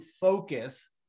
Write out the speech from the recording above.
focus